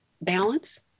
balance